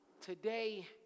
Today